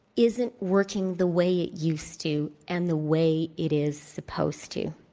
isn't working the way it used to and the way it is supposed to.